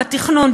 בתכנון,